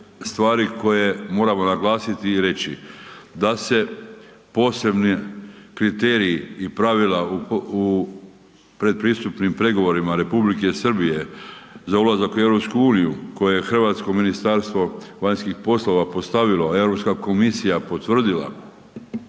stvari koje moramo naglasiti i reći da se posebni kriteriji i pravila u predpristupnim pregovorima Republike Srbije za ulazak u EU koje je hrvatsko Ministarstvo vanjskih poslova postavili, EU komisija potvrdila,